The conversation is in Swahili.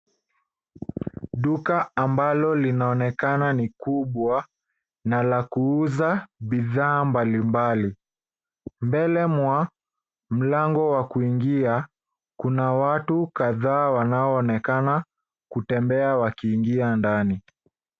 Duka ambalo linaonekana ni kubwa, na la kuuza bidhaa mbalimbali. Mbele mwa mlango wa kuingia, kuna watu kadhaa wanaoonekana kutembea wakiingia ndani.